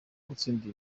gutsindira